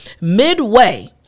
midway